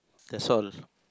that's all